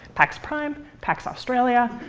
pax prime, pax australia.